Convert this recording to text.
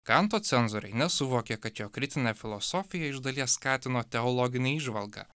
kanto cenzoriai nesuvokė kad jo kritinė filosofija iš dalies skatino teologinę įžvalgą